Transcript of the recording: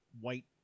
white